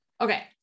okay